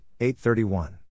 831